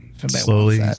slowly